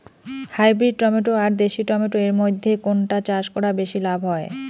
Hybrid tomato আর দেশি tomato এর মইধ্যে কোনটা চাষ করা বেশি লাভ হয়?